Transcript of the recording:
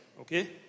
okay